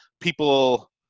people